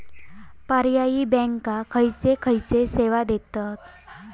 पर्यायी बँका खयचे खयचे सेवा देतत?